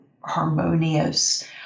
harmonious